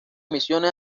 misiones